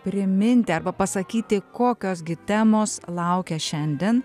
priminti arba pasakyti kokios gi temos laukia šiandien